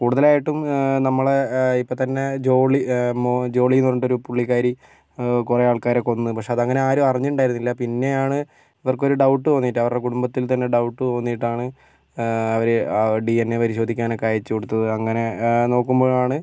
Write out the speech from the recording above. കൂടുതലായിട്ടും നമ്മളെ ഇപ്പം തന്നെ ജോളി ജോളിയെന്ന് പറഞ്ഞിട്ടൊരു പുള്ളിക്കാരി കുറേ ആൾക്കാരെ കൊന്ന് പക്ഷെ അതങ്ങനെ ആരും അറിഞ്ഞിട്ടുണ്ടായിരുന്നില്ല പിന്നെയാണ് ഇവർക്കൊരു ഡൗട്ട് തോന്നിയിട്ട് അവരുടെ കുടുംബത്തിൽ തന്നെ ഡൗട്ട് തോന്നിയിട്ടാണ് അവർ ഡി എൻ എ പരിശോധിക്കാനൊക്കെ അയച്ചുകൊടുത്തത് അങ്ങനെ നോക്കുമ്പോഴാണ്